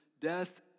death